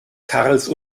karls